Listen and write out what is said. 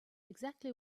exactly